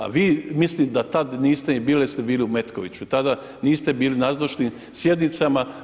A vi, mislim da tad niste ni bili jer ste bili u Metkoviću, tada niste bili nazočni sjednicama.